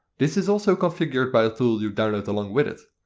this is also configured by a tool you downlaod along with it.